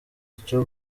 icyo